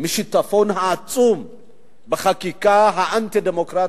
מהשיטפון העצום בחקיקה האנטי-דמוקרטית,